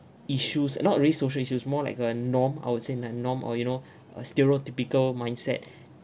issues uh not really social issues more like a norm I would say na~ norm or you know a stereotypical mindset